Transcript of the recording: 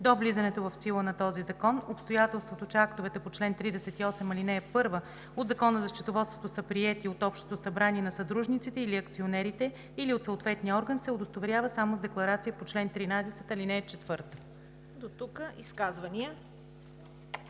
до влизането в сила на този закон, обстоятелството, че актовете по чл. 38, ал. 1 от Закона за счетоводството са приети от общото събрание на съдружниците или акционерите или от съответния орган, се удостоверява само с декларацията по чл. 13, ал. 4.“ ПРЕДСЕДАТЕЛ